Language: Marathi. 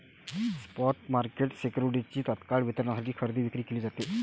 स्पॉट मार्केट सिक्युरिटीजची तत्काळ वितरणासाठी खरेदी विक्री केली जाते